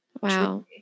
Wow